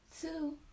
Two